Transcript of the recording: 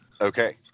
Okay